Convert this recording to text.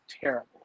terrible